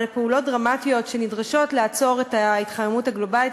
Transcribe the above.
פעולות דרמטיות שנדרשות לעצור את ההתחממות הגלובלית,